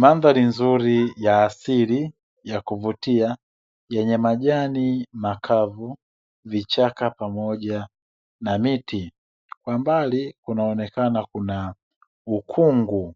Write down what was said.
Mandhari nzuri ya asili ya kuvutia, ina majani makavu, vichaka pamoja na miti. Kwa mbali kunaonekana kuna ukungu.